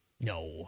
No